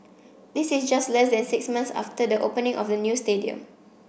this is just less than six months after the opening of the new stadium